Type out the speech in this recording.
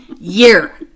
year